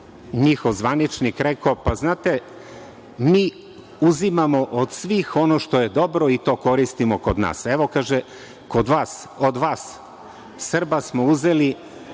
njihov zvaničnik rekao – znate, mi uzimamo od svih ono što je dobro i to koristimo kod nas, evo kod vas Srba smo uzeli